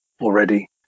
already